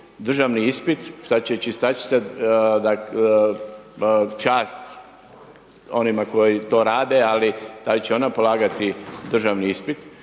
će i čistačica, čast onima koji to rade, ali da li će ona polagati državni ispit